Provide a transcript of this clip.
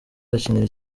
bakinira